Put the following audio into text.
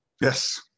Yes